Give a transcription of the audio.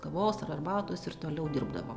kavos ar arbatos ir toliau dirbdavo